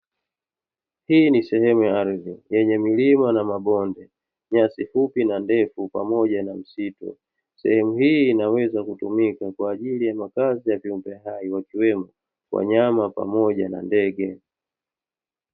Hii ni sehemu ya ardhi yenye milima na mabonde, nyasi fupi na ndefu pamoja na msitu. Sehemu hii inaweza kutumika kwa ajili ya makazi ya viumbe hai, wakiwemo wanyama pamoja na ndege.